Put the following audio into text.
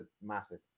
massive